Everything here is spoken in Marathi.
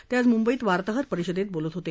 ते आज मुंबईत वार्ताहर परिषदेत बोलत होते